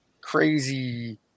crazy